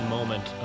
moment